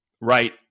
right